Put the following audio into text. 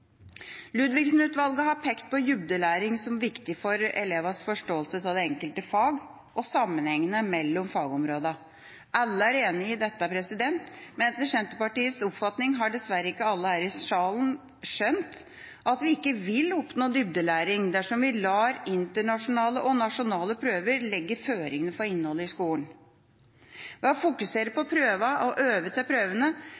har pekt på dybdelæring som viktig for elevenes forståelse av de enkelte fag og sammenhengene mellom fagområdene. Alle er enig i dette, men etter Senterpartiets oppfatning har dessverre ikke alle her i salen skjønt at vi ikke vil oppnå dybdelæring dersom vi lar internasjonale og nasjonale prøver legge føringer for innholdet i skolen. Ved å fokusere